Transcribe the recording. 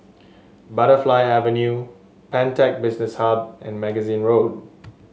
Butterfly Avenue Pantech Business Hub and Magazine Road